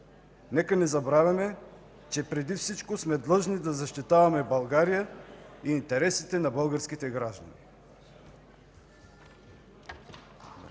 Нека не забравяме, че преди всичко сме длъжни да защитаваме България и интересите на българските граждани.